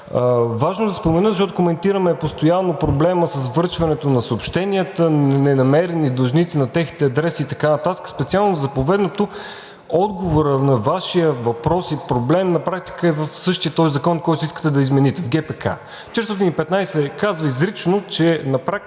Важно е да спомена, защото коментираме постоянно проблема с връчването на съобщенията, ненамерени длъжници на техните адреси и така нататък, специално заповедното – отговорът на Вашия въпрос и проблем, на практика е в същия този закон, който искате да измените в ГПК. Член 415 казва изрично, че на практика,